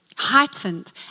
heightened